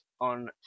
on